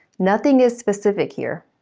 nothing is specific here.